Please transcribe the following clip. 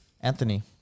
Anthony